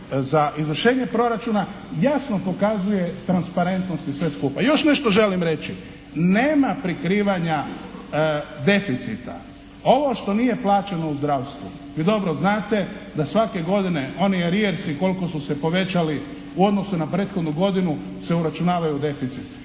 za izvršenje proračuna jasno pokazuje transparentnost i sve skupa. Još nešto želim reći. Nema prikrivanja deficita. Ovo što nije plaćeno u zdravstvu, vi dobro znate da svake godine oni …/Govornik se ne razumije./… koliko su se povećali u odnosu na prethodnu godinu se uračunavaju u deficit.